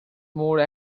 more